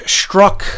struck